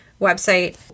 website